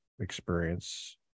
experience